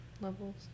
levels